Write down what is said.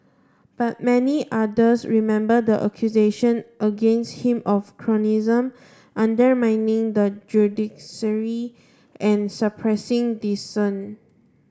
but many others remember the accusations against him of cronyism undermining the judiciary and suppressing dissent